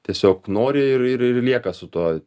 tiesiog nori ir ir lieka su tuo